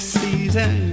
season